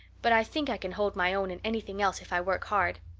but i think i can hold my own in anything else if i work hard.